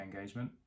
engagement